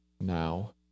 now